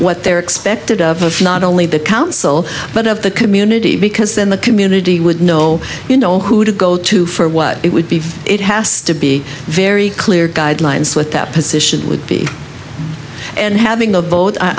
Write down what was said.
what they're expected of of not only the council but of the community because then the community would know you know who to go to for what it would be it has to be very clear guidelines with that position would be and having the vote i